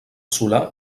solar